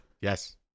Yes